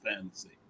fantasy